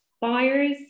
buyers